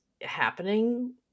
happening